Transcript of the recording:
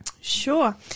Sure